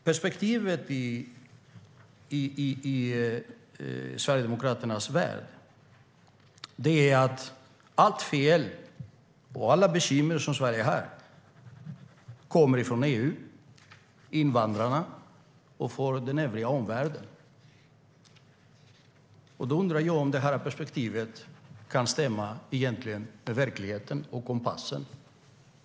Perspektivet i Sverigedemokraternas värld är att alla fel och alla bekymmer som Sverige har kommer från EU, invandrarna och den övriga omvärlden. Då undrar jag om det här perspektivet egentligen kan stämma med verkligheten och kompassen.